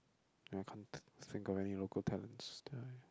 I can't think of any local talents I